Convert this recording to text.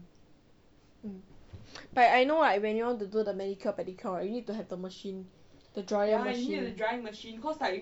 mm but I know when you want to do the manicure pedicure right you need to have the machine the dryer machine